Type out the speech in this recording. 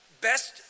best